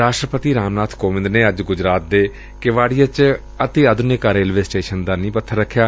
ਰਾਸਟਰਪਤੀ ਰਾਮਨਾਥ ਕੋਵਿੰਦ ਨੇ ਅੱਜ ਗੁਜਰਾਤ ਦੇ ਕੇਵਾਤੀਆਂ ਚ ਅਤਿ ਆਧੁਨਿਕ ਰੇਲਵੇ ਸਟੇਸ਼ਨ ਦਾ ਨੀਂਹ ਪੱਬਰ ਰਖਿਆ